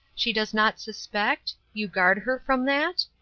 she does not suspect? you guard her from that?